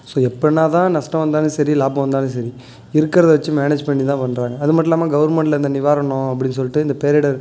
so எப்பன்னா தான் நஷ்டம் வந்தாலும் சரி லாபம் வந்தாலும் சரி இருக்கிறத வச்சு மேனேஜ் பண்ணி தான் பண்ணுறாங்க அது மட்டும் இல்லாமள் கவர்மெண்ட்ல அந்த நிவாரணம் அப்படின் சொல்லிட்டு இந்த பேரிடர்